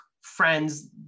friends